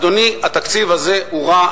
אדוני, התקציב הזה הוא רע.